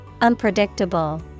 Unpredictable